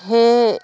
সেয়ে